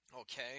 Okay